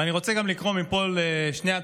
אני גם רוצה לקרוא מפה לשני הצדדים: